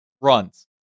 runs